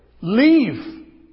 Leave